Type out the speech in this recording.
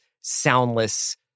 soundless